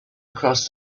across